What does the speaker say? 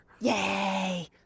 Yay